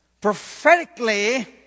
prophetically